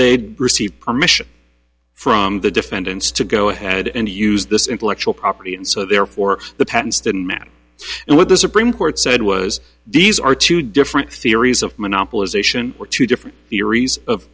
they received permission from the defendants to go ahead and use this intellectual property and so therefore the patents didn't matter and what the supreme court said was these are two different theories of monopolization are two different theories of